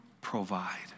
provide